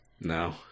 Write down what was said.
No